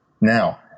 now